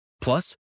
plus